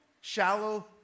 shallow